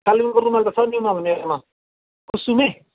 कालेबुङको रुमाल त छ नि हौ मेरोमा कुसुमे